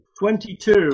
Twenty-two